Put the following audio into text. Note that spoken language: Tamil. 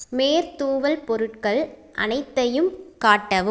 மேற்தூவல் பொருட்கள் அனைத்தையும் காட்டவும்